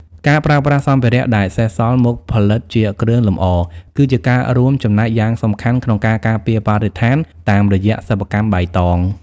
ការប្រើប្រាស់សម្ភារៈដែលសេសសល់មកផលិតជាគ្រឿងលម្អ គឺជាការរួមចំណែកយ៉ាងសំខាន់ដល់ការការពារបរិស្ថានតាមរយៈសិប្បកម្មបៃតង។